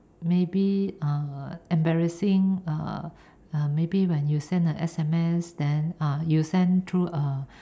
maybe uh embarrassing uh maybe when you send a S_M_S then uh you send through a